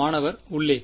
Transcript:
மாணவர் உள்ளே